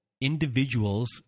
individuals